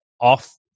off